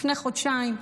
לפני חודשיים,